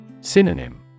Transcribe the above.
Synonym